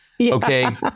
Okay